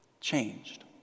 changed